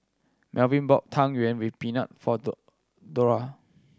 Melvin bought Tang Yuen with peanut for Dora